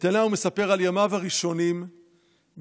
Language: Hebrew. נתניהו מספר על ימיו הראשונים בליכוד